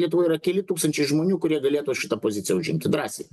lietuvoj yra keli tūkstančiai žmonių kurie galėtų šitą poziciją užimti drąsiai